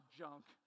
junk